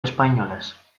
espainolez